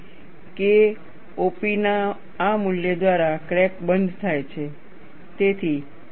K op ના આ મૂલ્ય દ્વારા ક્રેક બંધ થાય છે